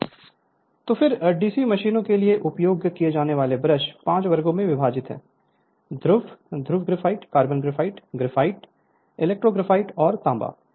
Refer Slide Time 2217 Refer Slide Time 2226 तो DC मशीनों के लिए उपयोग किए जाने वाले ब्रश 5 वर्गों में विभाजित हैं धातु धातु graphite carbon graphite graphite electro graphite और तांबा